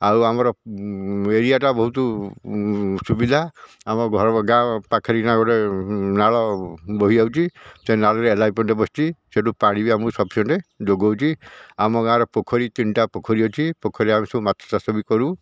ଆଉ ଆମର ଏରିଆଟା ବହୁତ ସୁବିଧା ଆମ ଘର ଗାଁ ପାଖରେ ଗାଁ ଗୋଟେ ନାଳ ବୋହିଯାଉଛି ସେହି ନାଳରେ ଏଲାଇ ଏଲ୍ ଆଇ ପଏଣ୍ଟ୍ ବସିଛି ସେଇଠୁ ପାଣି ବି ଆମକୁ ସଫିସିଏଣ୍ଟ୍ ଯୋଗାଉଛି ଆମ ଗାଁର ପୋଖରୀ ତିନିଟା ପୋଖରୀ ଅଛି ପୋଖରୀରେ ଆମେ ସବୁ ମାଛ ଚାଷ ବି କରୁ